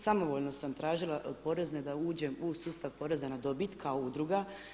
Samovoljno sam tražila porezne da uđem u sustav poreza na dobit kao udruga.